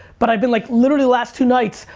but i've been like, literally the last two nights,